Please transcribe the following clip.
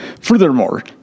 Furthermore